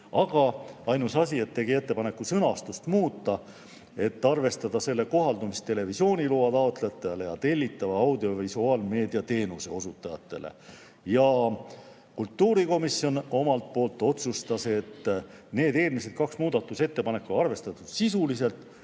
aga tegi ettepaneku sõnastust muuta, et arvestada selle kohaldumist televisiooniloa taotlejatele ja tellitava audiovisuaalmeedia teenuse osutajatele. Kultuurikomisjon omalt poolt otsustas, et need eelmised kaks muudatusettepanekut on arvestatud sisuliselt,